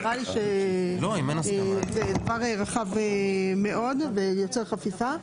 נראה לי שזה דבר רחב מאוד ויוצר חפיפה.